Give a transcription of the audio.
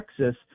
Texas